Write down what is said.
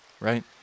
right